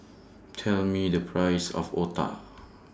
Tell Me The Price of Otah